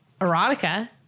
erotica